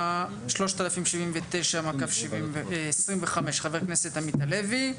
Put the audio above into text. התשפ"ג-2023 (פ/3079/25) של חבר הכנסת עמית הלוי,